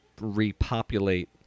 repopulate